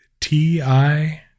ti